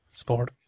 Sport